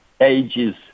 ages